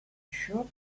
shop